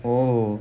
oh